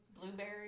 blueberry